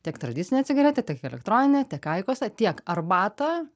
tiek tradicinę cigaretę tiek elektroninę tiek aikosą tiek arbatą